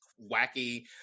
wacky